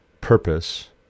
purpose